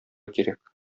кирәк